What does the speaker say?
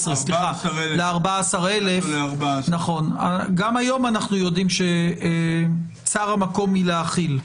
גם היום אנו יודעים שצר המקום מלהכיל,